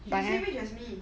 she same age as me